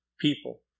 people